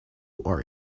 are